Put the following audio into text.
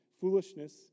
Foolishness